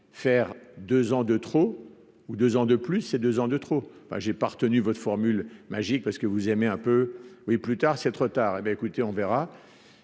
faire 2 ans de trop ou deux ans de plus ces 2 ans de trop, ben j'ai pas retenu votre formule magique parce que vous aimez un peu oui plus tard, c'est trop tard et bien écoutez, on verra,